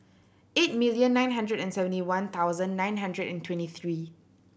eight million nine hundred and seventy one thousand nine hundred and twenty three